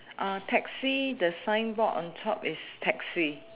uh taxi the sign board on top is taxi